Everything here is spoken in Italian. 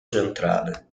centrale